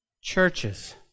churches